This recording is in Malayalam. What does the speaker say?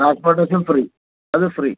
ട്രാൻസ്പോർട്ടേഷൻ ഫ്രീ അത് ഫ്രീ